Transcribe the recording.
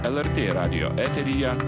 lrt radijo eteryje